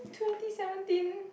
twenty seventeen